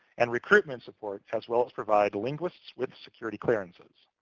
and recruitment support, as well as provide linguists with security clearances.